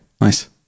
Nice